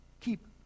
Keep